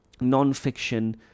non-fiction